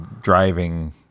driving